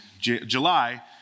July